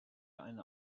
eine